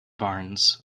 barnes